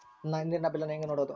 ನನ್ನ ನೇರಿನ ಬಿಲ್ಲನ್ನು ಹೆಂಗ ನೋಡದು?